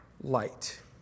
light